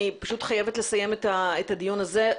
אני חייבת לסיים את הדיון הזה,